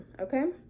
okay